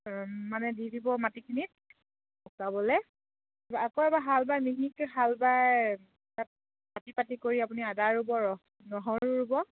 মানে দি দিব মাটিখিনিত শুকাবলৈ আকৌ এবাৰ হাল বাই মিহিকৈ হাল বাই তাত পাতি পাতি কৰি আপুনি আদা ৰুব নহৰু ৰুব